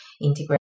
integrate